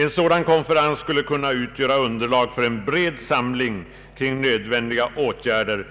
En sådan konferens skulle kunna utgöra underlag för en bred samling kring nödvändiga åtgärder